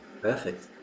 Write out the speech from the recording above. Perfect